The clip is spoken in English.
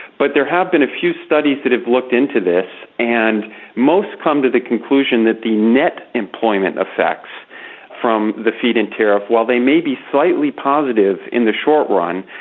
but there have been a few studies that have looked into this and most come to the conclusion that the net employment effects from the feed-in tariff, while they may be slightly positive in the short run,